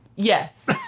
Yes